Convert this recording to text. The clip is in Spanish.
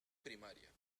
primaria